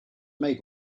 make